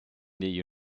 der